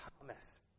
Thomas